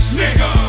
nigga